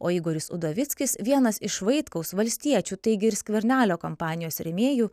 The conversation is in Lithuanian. o igoris udovickis vienas iš vaitkaus valstiečių taigi ir skvernelio kampanijos rėmėjų